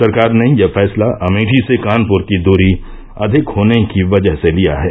सरकार ने यह फैसला अमेठी से कानपुर की दूरी अधिक होने की वजह से लिया है